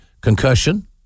concussion